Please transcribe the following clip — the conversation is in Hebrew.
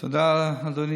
תודה, אדוני